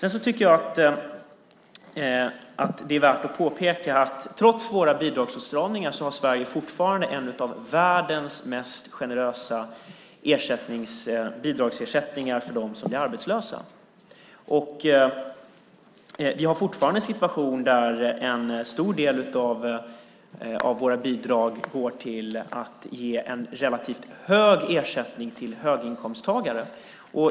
Det är värt att påpeka att trots våra bidragsåtstramningar har Sverige fortfarande en av världens mest generösa bidragsersättningar för dem som är arbetslösa. Vi har fortfarande en situation där en stor del av våra bidrag går till att ge en relativt hög ersättning till höginkomsttagare.